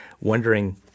wondering